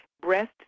Breast